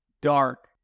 dark